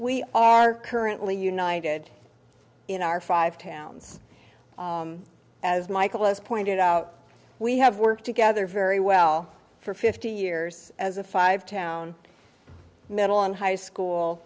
we are currently united in our five towns as michael has pointed out we have worked together very well for fifty years as a five town middle and high school